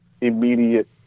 immediate